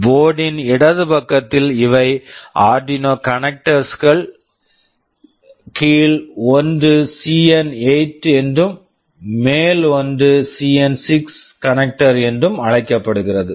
board board ன் இடது பக்கத்தில் இவை அர்டினோ கனக்டர்ஸ் Arduino connectors கள் கீழ் ஒன்று சிஎன்8 CN8 என்றும் மேல் ஒன்று சிஎன்6 CN6 கனக்டர் connector என்றும் அழைக்கப்படுகிறது